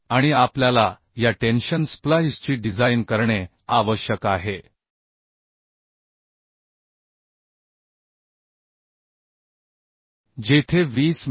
आणि आपल्याला या टेन्शन स्प्लाइसची डिझाइन करणे आवश्यक आहे जेथे 20 मि